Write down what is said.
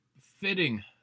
fitting